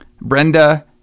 Brenda